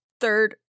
third